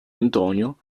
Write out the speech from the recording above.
antonio